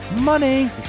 money